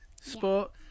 Sport